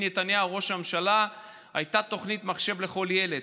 נתניהו כראש הממשלה הייתה תוכנית מחשב לכל ילד,